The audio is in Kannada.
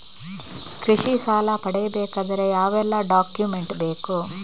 ಕೃಷಿ ಸಾಲ ಪಡೆಯಬೇಕಾದರೆ ಯಾವೆಲ್ಲ ಡಾಕ್ಯುಮೆಂಟ್ ಬೇಕು?